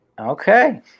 Okay